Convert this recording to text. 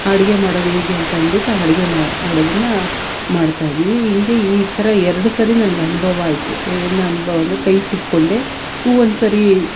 ಅಡ್ಗೆ ಮಾಡೋದು ಹೇಗೆ ಅಂತಂದ್ಬಿಟ್ಟು ಅಡ್ಗೆ ಮಾಡು ಮಾಡೋದನ್ನ ಮಾಡ್ತಾಯಿದಿವಿ ಹಿಂಗೆ ಈ ಥರ ಎರಡು ಸರಿ ನನ್ಗೆ ಅನುಭವ ಆಯಿತು ಏನು ಅನುಭವ ಅಂದರೆ ಕೈ ಸುಟ್ಕೊಂಡೆ ಒಂದುಸರಿ